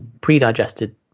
pre-digested